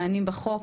מענים בחוק,